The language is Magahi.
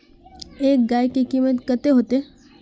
एक गाय के कीमत कते होते?